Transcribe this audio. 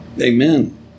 Amen